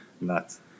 nuts